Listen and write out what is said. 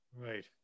Right